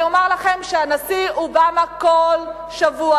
אני אומרת לכם שהנשיא אובמה בכל שבוע,